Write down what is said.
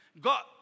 God